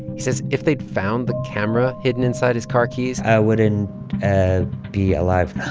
he says if they'd found the camera hidden inside his car keys. i wouldn't and be alive now.